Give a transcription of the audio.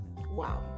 wow